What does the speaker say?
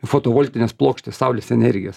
fotovoltinės plokštės saulės energijos